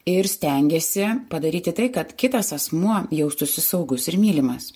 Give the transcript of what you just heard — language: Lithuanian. ir stengiasi padaryti tai kad kitas asmuo jaustųsi saugus ir mylimas